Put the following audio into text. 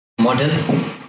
model